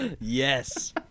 Yes